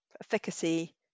efficacy